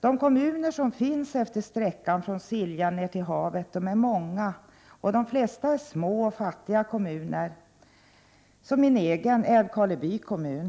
De kommuner som finns utefter sträckan från Siljan ner till havet är många, och de flesta är små och fattiga, t.ex. min egen kommun, Älvkarleby kommun.